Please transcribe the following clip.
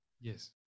Yes